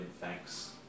thanks